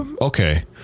Okay